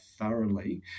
thoroughly